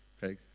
Craig